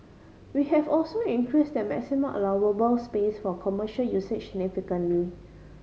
we have also increase the maximum allowable space for commercial usage significantly